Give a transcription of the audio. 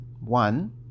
one